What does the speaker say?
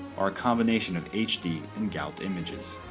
or a combination of hd and gout images.